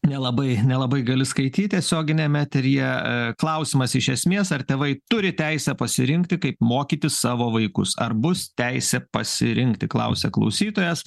nelabai nelabai gali skaityt tiesioginiam eteryje klausimas iš esmės ar tėvai turi teisę pasirinkti kaip mokyti savo vaikus ar bus teisė pasirinkti klausia klausytojas